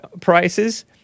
prices